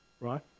right